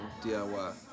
DIY